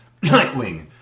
Nightwing